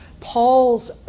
Paul's